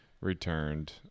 returned